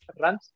runs